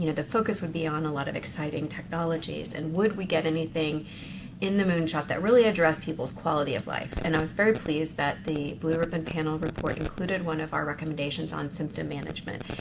you know the focus would be on a lot of exciting technologies. and would we get anything in the moonshot that really addressed people's quality of life? and i was very pleased that the blue-ribbon panel report included one of our recommendations on symptom management.